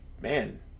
man